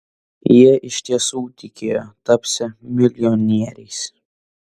jie iš tiesų tikėjo tapsią milijonieriais